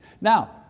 Now